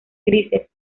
grises